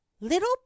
Little